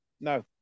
no